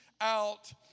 out